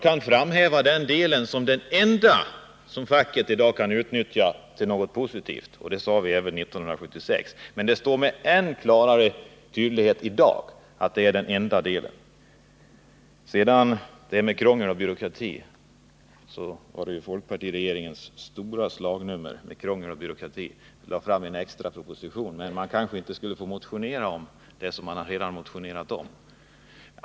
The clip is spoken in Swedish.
Det finns en enda bit i lagen som facket i dag kan utnyttja till något positivt. Det sade vi redan 1976, och det står än mera klart i dag. Åtgärder mot krångel och byråkrati var folkpartiregeringens stora slagnummer, men jag har inte hört att man inte skulle få motionera om det man har motionerat om tidigare.